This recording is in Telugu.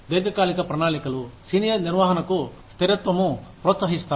దీర్ఘకాలిక ప్రణాళికలు సీనియర్ నిర్వహణకు స్థిరత్వము ప్రోత్సహిస్తాయి